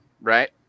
right